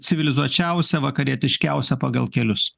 civilizuočiausia vakarietiškiausia pagal kelius